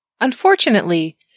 Unfortunately